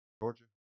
Georgia